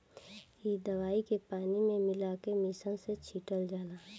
इ दवाई के पानी में मिला के मिशन से छिटल जाला